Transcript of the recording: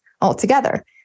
altogether